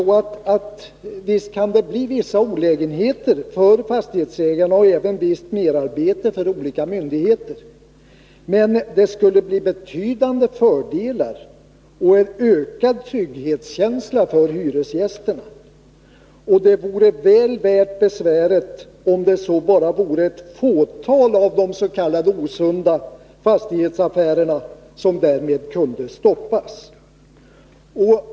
Visst kan det bli vissa olägenheter för fastighetsägare och även visst merarbete för olika myndigheter. Men dessa åtgärder skulle medföra betydande fördelar och en ökad trygghetskänsla för hyresgästerna, och det vore väl värt besväret om bara ett fåtal av de s.k. osunda fastighetsaffärerna därmed kunde stoppas.